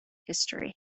history